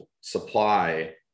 supply